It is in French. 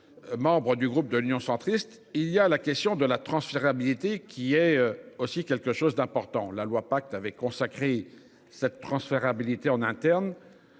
Membre du groupe de l'Union centriste. Il y a la question de la transférabilité qui est aussi quelque chose d'important la loi pacte avait consacré cette transférabilité en interne.